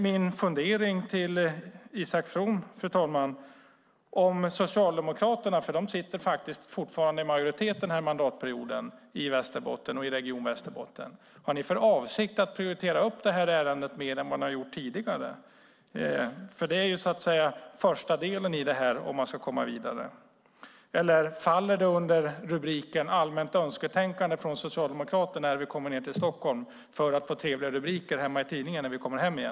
Min fundering till Isak From, fru talman, är om Socialdemokraterna, som fortfarande sitter i majoritet i Region Västerbotten, har för avsikt att prioritera detta ärende mer än ni gjort tidigare. Det är första delen om man ska komma vidare. Eller faller det under allmänt önsketänkande från Socialdemokraterna när de kommer ned till Stockholm för att få trevliga rubriker i tidningen när de kommer hem igen?